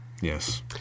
yes